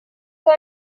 con